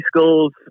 schools